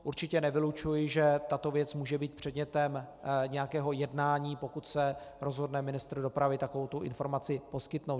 Určitě nevylučuji, že tato věc může být předmětem nějakého jednání, pokud se rozhodne ministr dopravy takovouto informaci poskytnout.